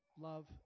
love